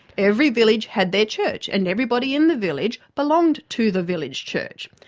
every village had their church and everybody in the village belonged to the village church.